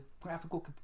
graphical